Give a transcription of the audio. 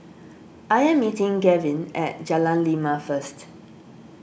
I am meeting Gavin at Jalan Lima first